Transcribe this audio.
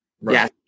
Yes